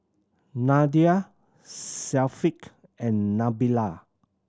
Nadia Syafiq and Nabila